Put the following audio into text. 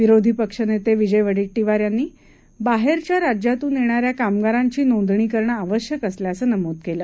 विरोधी पक्षनेते विजय वडेट्टीवार यांनी बाहेरच्या राज्यातून येणाऱ्या कामागारांची नोंदणी करणं आवश्यक असल्याचं नमूद केलं